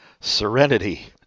serenity